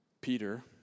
Peter